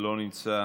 לא נמצא,